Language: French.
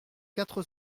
quatre